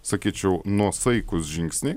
sakyčiau nuosaikūs žingsniai